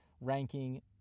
ranking